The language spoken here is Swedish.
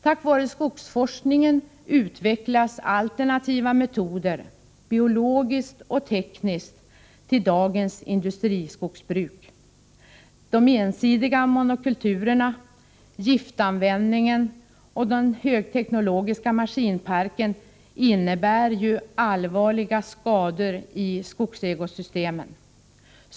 Tack vare skogsforskningen utvecklas alternativa metoder — biologiskt och tekniskt — till dagens industriskogsbruk. De ensidiga monokulturerna, giftanvändningen och den högteknologiska maskinparken innebär ju allvarliga skador i skogsekosystemen.